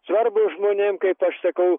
svarbu žmonėm kaip aš sakau